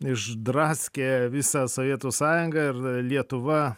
išdraskė visą sovietų sąjungą ir lietuva